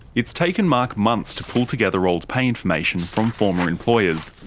it's taken mark months to pull together old pay information from former employers.